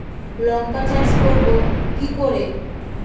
লঙ্কা চাষ করব কি করে?